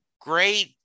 great